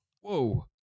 Whoa